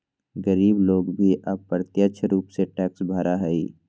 गरीब लोग भी अप्रत्यक्ष रूप से टैक्स भरा हई